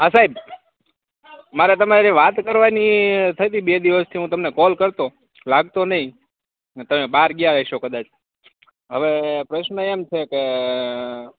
હા સાહેબ મારે તમારી હારે વાત કરવાની થઈતી બે દિવસથી હું તમને કોલ કરતો લાગતો નહીં ને તમે બાર ગયા હસો કદાચ હવે પ્રશ્ન એમ છે કે